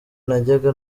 najyaga